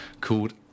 called